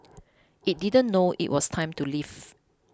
it didn't know it was time to leave